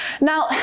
Now